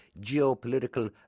geopolitical